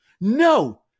no